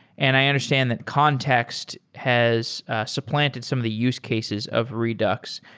and i understand that context has supplanted some of the use cases of redux.